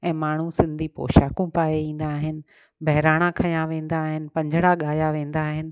ऐं माण्हू सिंधी पोशाकूं पाए ईंदा आहिनि बहिराणा खयां वेंदा आहिनि पंजिड़ा ॻाया वेंदा आहिनि